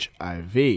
HIV